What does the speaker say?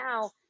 now